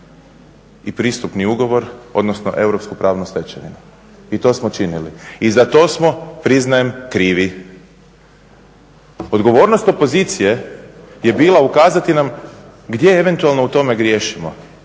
i pristupni ugovor odnosno Europsku pravnu stečevinu. I to smo činili i za to smo priznajem krivi. Odgovornost opozicije je bila ukazati nam gdje eventualno u tome griješimo,